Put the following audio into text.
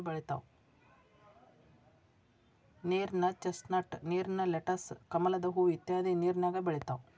ನೇರಿನ ಚಸ್ನಟ್, ನೇರಿನ ಲೆಟಸ್, ಕಮಲದ ಹೂ ಇತ್ಯಾದಿ ನೇರಿನ್ಯಾಗ ಬೆಳಿತಾವ